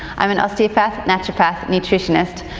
i'm an osteopath, naturopath, nutritionist,